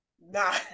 Nah